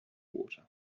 water